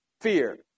fear